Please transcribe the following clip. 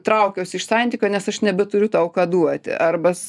traukiuosi iš santykio nes aš nebeturiu tau ką duoti arba